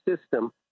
system